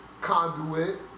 conduit